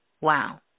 Wow